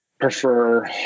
prefer